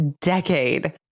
decade